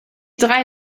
drei